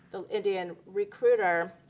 the indian recruiter,